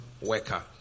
worker